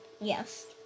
Yes